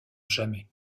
jamais